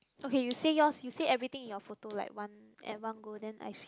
okay you say yours you say everything in your photo like at one go then I see